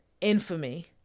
infamy